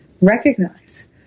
recognize